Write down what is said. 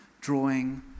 drawing